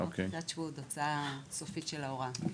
תוצאה סופית של ההוראה.